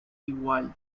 igual